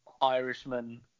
*Irishman*